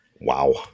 wow